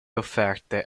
offerte